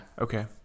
Okay